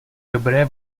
dobré